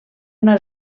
una